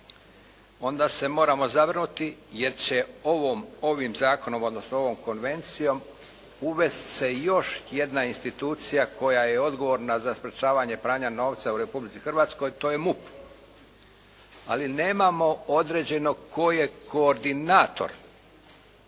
onda se moramo zabrinuti jer će ovim zakonom, odnosno ovom konvencijom uvesti se još jedna institucija koja je odgovorno za sprječavanje pranja novca u Republici Hrvatskoj, to je MUP. Ali nemamo određenog tko je koordinator